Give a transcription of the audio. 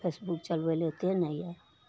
Facebook चलबैले अएते नहि यऽ